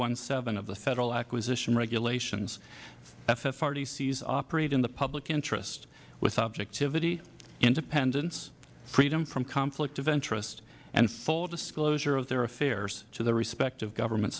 one seven of the federal acquisition regulations ffrdcs operate in the public interest with objectivity independence freedom from conflict of interest and full disclosure of their affairs to the respective government